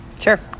Sure